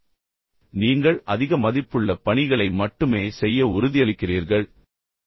பின்னர் நீங்கள் அதிக மதிப்புள்ள பணிகளை மட்டுமே செய்ய உறுதியளிக்கிறீர்கள் நான் அர்ப்பணிப்பைக் கேட்கிறேன்